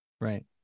right